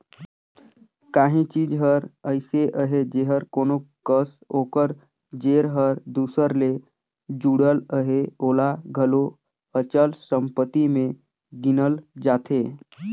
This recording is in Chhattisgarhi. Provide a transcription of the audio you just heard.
काहीं चीज हर अइसे अहे जेहर कोनो कस ओकर जेर हर दूसर ले जुड़ल अहे ओला घलो अचल संपत्ति में गिनल जाथे